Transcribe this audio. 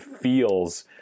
feels